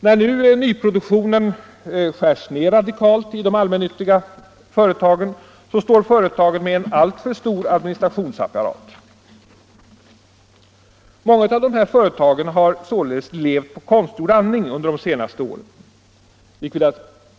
När nu nyproduktionen skärs ned radikalt i de allmännyttiga företagen står företagen med en alltför stor administrationsapparat. Många av de här företagen har således levt på konstgjord andning under de senaste åren.